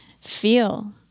feel